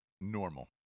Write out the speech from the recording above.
normal